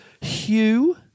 Hugh